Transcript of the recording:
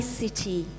city